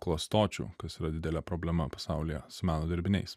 klastočių kas yra didelė problema pasaulyje su meno dirbiniais